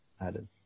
added